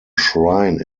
shrine